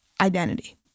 identity